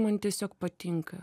man tiesiog patinka